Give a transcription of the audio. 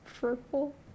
Purple